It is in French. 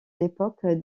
l’époque